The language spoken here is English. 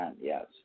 yes